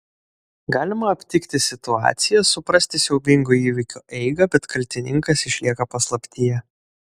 galima aptikti situaciją suprasti siaubingo įvykio eigą bet kaltininkas išlieka paslaptyje